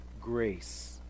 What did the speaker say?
grace